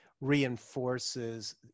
reinforces